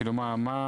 כאילו מה השוני?